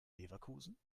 leverkusen